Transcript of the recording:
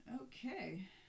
Okay